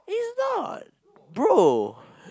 he's not bro